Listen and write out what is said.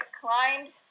climbed